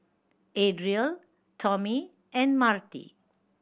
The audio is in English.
Adriel Tomie and Marti